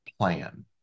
Plan